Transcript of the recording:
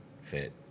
fit